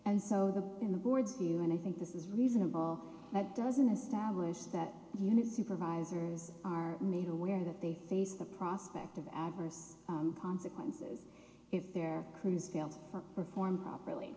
and so the in the board's you and i think this is reasonable that doesn't establish that unit supervisors are made aware that they face the prospect of adverse consequences if their crews fail for perform properly